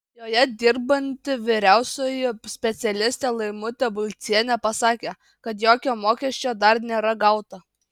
joje dirbanti vyriausioji specialistė laimutė bulcienė pasakė kad jokio mokesčio dar nėra gauta